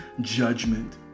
judgment